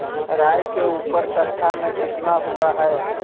राई के ऊपर कट्ठा में कितना हुआ है?